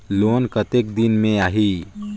Loan कतेक दिन मे आही?